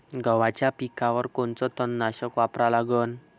गव्हाच्या पिकावर कोनचं तननाशक वापरा लागन?